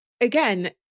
again